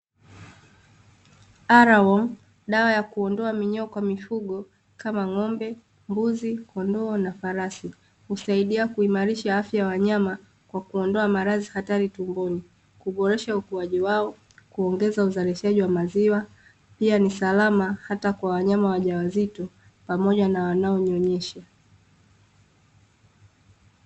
R-WORM, dawa ya kuondoa minyoo kwa mifugo kama ng'ombe, mbuzi, kondoo na farasi. Husaidia kuimarisha afya ya wanyama kwa kuondoa maradhi hatari tumboni, kuboresha ukuaji wao, kuongeza uzalishaji wa maziwa. Pia ni salama hata kwa wanyama wajawazito pamoja na wanaonyonyesha.